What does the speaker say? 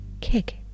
kick